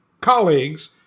colleagues